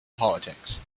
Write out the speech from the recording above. politics